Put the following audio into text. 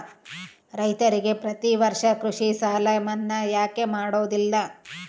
ರೈತರಿಗೆ ಪ್ರತಿ ವರ್ಷ ಕೃಷಿ ಸಾಲ ಮನ್ನಾ ಯಾಕೆ ಮಾಡೋದಿಲ್ಲ?